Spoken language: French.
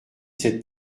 cette